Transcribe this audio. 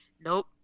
Nope